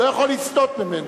אני לא יכול לסטות ממנו.